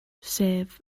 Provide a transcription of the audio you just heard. sef